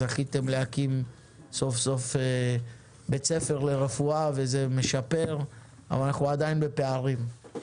זכיתם להקים סוף סוף בית ספר לרפואה וזה משפר אבל אנחנו עדיין בפערים.